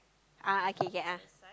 ah okay K ah